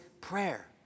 prayer